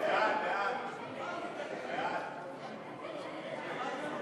את הצעת חוק שירות אזרחי-ביטחוני (תיקוני חקיקה),